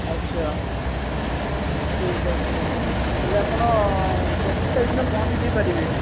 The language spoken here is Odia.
ଆଚ୍ଛା ଠିକ୍ ଅଛି ତା'ହେଲେ ଆପଣ ପଚିଶ ତାରିଖ ଦିନ ପହଞ୍ଚାଇ ଦେଇପାରିବେ